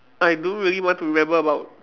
I don't really want to remember about